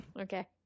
Okay